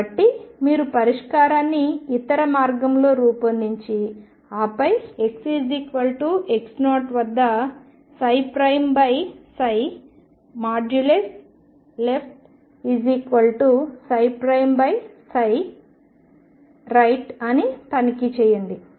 కాబట్టి మీరు పరిష్కారాన్ని ఇతర మార్గంలో రూపొందించి ఆపై xx0 వద్ద |left |rightఅని తనిఖీ చేయండి